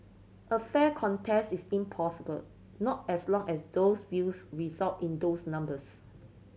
a fair contest is impossible not as long as those views result in those numbers